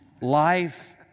life